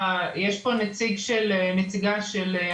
--- ההליך התכנוני המתוקן --- לא,